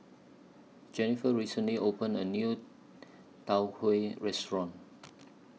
Jenniffer recently opened A New Tau Huay Restaurant